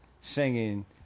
singing